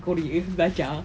ke korea belajar